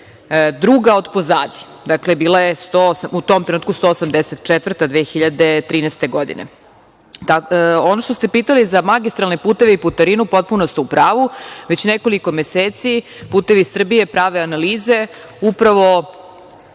druga od pozadi. Dakle, bila u tom trenutku 184. 2013. godine. Ono što ste pitali sa magistralne puteve i putarinu, potpuno ste u pravu. Već nekoliko meseci „Putevi Srbije“ prave analize. Upravo